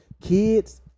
kids